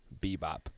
Bebop